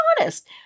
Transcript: honest